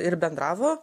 ir bendravo